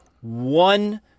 one